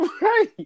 Right